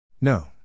No